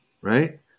right